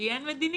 שהיא אין מדיניות,